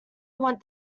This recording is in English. want